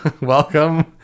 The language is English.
welcome